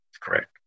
Correct